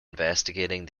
investigating